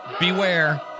Beware